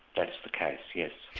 that's the case yes.